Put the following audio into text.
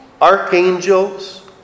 archangels